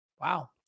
Wow